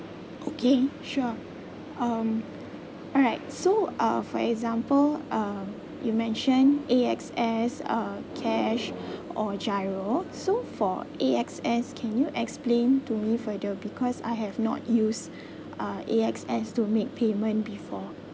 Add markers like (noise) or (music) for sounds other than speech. okay sure um alright so uh for example uh you mentioned A_X_S uh cash or GIRO so for A_X_S can you explain to me for the because I have not use (laughs) uh A_X_S to make payment before